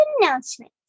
announcement